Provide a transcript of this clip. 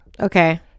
Okay